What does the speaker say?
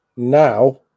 Now